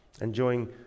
Enjoying